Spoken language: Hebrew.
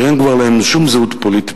שכבר אין להם שום זהות פוליטית,